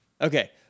Okay